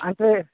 అంటే